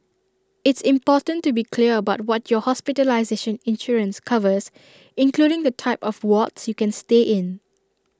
it's important to be clear about what your hospitalization insurance covers including the type of wards you can stay in